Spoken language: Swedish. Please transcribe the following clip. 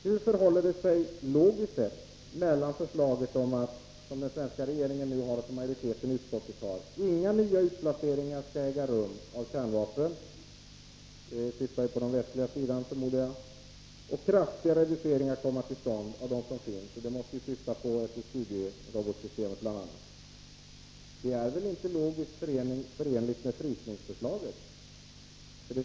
Den svenska regeringen föreslår nu, vilket majoriteten i utskottet ställer sig bakom, att inga nya utplaceringar av kärnvapen skall äga rum — jag förmodar att man här syftar på den västliga sidan — och att kraftiga reduceringar skall komma till stånd i det antal kärnvapen som finns, vilket måste syfta på bl.a. SS-20-systemet. Detta förslag är väl inte logiskt förenligt med frysningsförslaget?